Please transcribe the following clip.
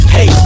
Hey